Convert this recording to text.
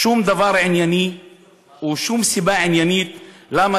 שום דבר ענייני ושום סיבה עניינית למה